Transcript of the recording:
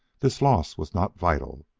this loss was not vital.